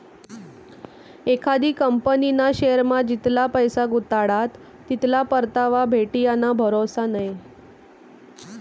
एखादी कंपनीना शेअरमा जितला पैसा गुताडात तितला परतावा भेटी याना भरोसा नै